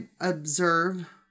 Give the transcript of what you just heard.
observe